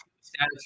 status